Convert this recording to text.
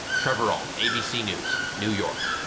trevor ault, abc news, new york.